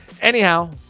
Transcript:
anyhow